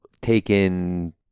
taken